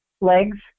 legs